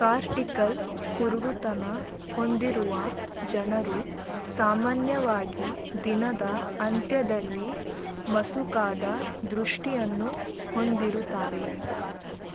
cortical ಕುರುಡುತನ ಹೊಂದಿರುವ ಜನರು ಸಾಮಾನ್ಯವಾಗಿ ದಿನದ ಅಂತ್ಯದಲ್ಲಿ ಮಸುಕಾದ ದೃಷ್ಟಿಯನ್ನು ಹೊಂದಿರುತ್ತಾರೆ